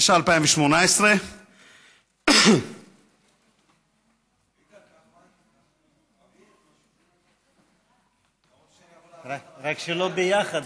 התשע"ח 2018. רק לא ביחד,